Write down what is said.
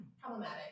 Problematic